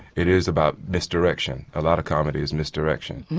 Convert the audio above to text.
it is about misdirection, a lot of comedy is misdirection.